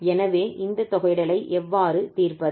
எனவே இந்த தொகையிடலை எவ்வாறு தீர்ப்பது